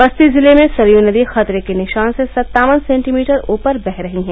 बस्ती जिले में सरयू नदी खतरे के निशान से सत्तावन सेंटीमीटर ऊपर बह रही है